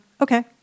okay